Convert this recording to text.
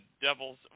Devils